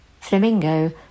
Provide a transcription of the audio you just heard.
Flamingo